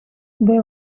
they